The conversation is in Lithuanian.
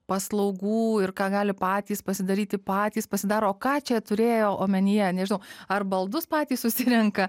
paslaugų ir ką gali patys pasidaryti patys pasidaro o ką čia turėjo omenyje nežinau ar baldus patys susirenka